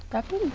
tapi